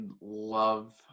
love